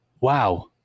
wow